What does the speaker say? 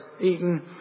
eaten